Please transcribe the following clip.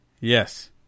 yes